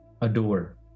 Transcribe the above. adore